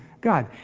God